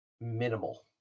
minimal